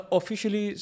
Officially